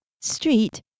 Street